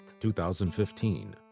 2015